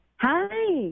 Hi